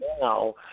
now